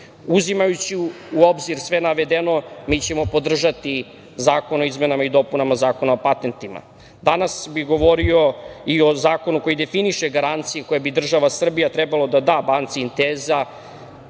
tržištu. Uzimajući u obzir sve navedeno, mi ćemo podržati Zakon o izmenama i dopunama Zakona o patentima. Danas bi govorio i o zakonu koji definiše garancije koje bi država Srbija trebalo da da Banci „Intezi“